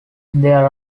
there